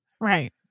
Right